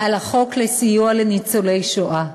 על החוק לסיוע לניצולי שואה.